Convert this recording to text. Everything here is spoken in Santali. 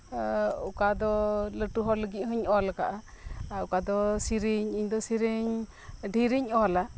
ᱚᱠᱟ ᱫᱚ ᱞᱟᱴᱩ ᱦᱚᱲ ᱞᱟᱹᱜᱤᱫ ᱦᱚᱧ ᱚᱞ ᱟᱠᱟᱫᱼᱟ ᱟᱨ ᱚᱠᱟ ᱫᱚ ᱥᱮᱹᱨᱮᱹᱧ ᱤᱧ ᱫᱚ ᱥᱮᱹᱨᱮᱹᱧ ᱰᱷᱮᱨᱮᱧ ᱚᱞᱟ